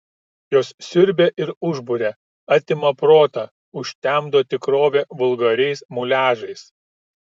jos siurbia ir užburia atima protą užtemdo tikrovę vulgariais muliažais